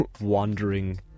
wandering